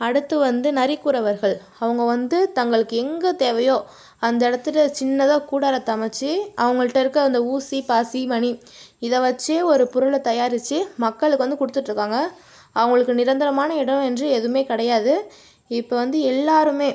அடுத்து வந்து நரிக்குறவர்கள் அவங்க வந்து தங்களுக்கு எங்கே தேவையோ அந்த இடத்தில் சின்னதாக கூடாரத்தை அமைத்து அவங்கள்கிட்ட இருக்கிற அந்த ஊசி பாசி மணி இதை வச்சு ஒரு பொருளை தயாரிச்சு மக்களுக்கு வந்து கொடுத்துட்டுருக்காங்க அவங்களுக்கு நிரந்தரமான இடம் என்று எதுவும் கிடையாது இப்போ வந்து எல்லோருமே